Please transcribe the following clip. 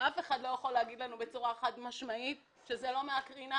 אף אחד לא יכול להגיד לנו בצורה חד-משמעית שזה לא מן הקרינה.